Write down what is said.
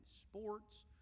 sports